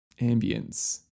ambience